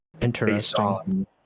Interesting